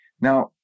Now